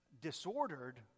disordered